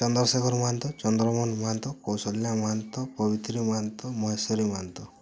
Chandrashekhar Mahanta Chandramohan Mahanta Kaushalya Mahanta Maitri Mahanta Maheshwari Mahanta